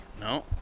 No